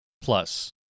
Plus